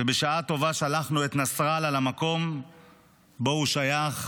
ובשעה טובה שלחנו את נסראללה למקום שאליו הוא שייך,